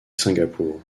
singapour